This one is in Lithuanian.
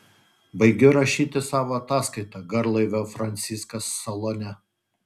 baigiu rašyti savo ataskaitą garlaivio franciskas salone